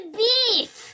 beef